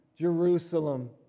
Jerusalem